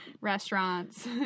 restaurants